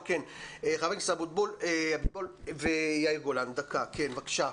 חבר הכנסת אבוטבול ויאיר גולן, בבקשה.